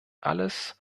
alles